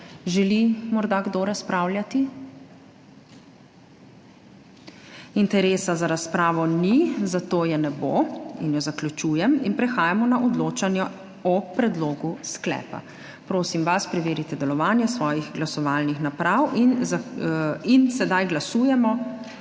Želi morda kdo razpravljati? Interesa za razpravo ni, zato je ne bo in jo zaključujem. In prehajamo na odločanje o predlogu sklepa. Prosim vas, preverite delovanje svojih glasovalnih naprav. Glasujemo